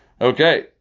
Okay